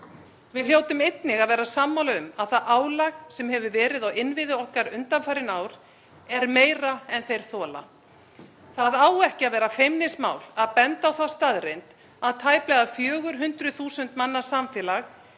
Við hljótum einnig að vera sammála um að það álag sem hefur verið á innviði okkar undanfarin ár er meira en þeir þola. Það á ekki að vera feimnismál að benda á þá staðreynd að tæplega 400.000 manna samfélag